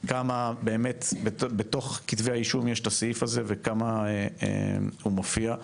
כמה באמת בתוך כתבי האישום יש את הסעיף הזה וכמה הוא מופיע.